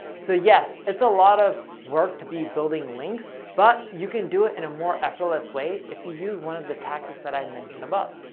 so yes, it's a lot of work to be building links, but you can do it in and a more effortless way if you use one of the tactics that i mention above.